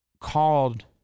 called